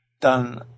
done